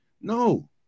No